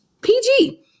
PG